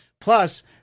Plus